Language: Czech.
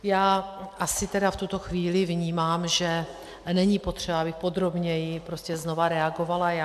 Já asi tedy v tuto chvíli vnímám, že není potřeba, abych podrobněji znova reagovala já.